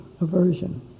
aversion